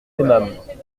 aimâmes